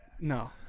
No